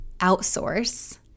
outsource